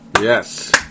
Yes